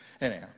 Anyhow